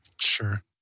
Sure